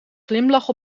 glimlach